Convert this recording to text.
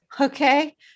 okay